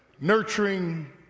Nurturing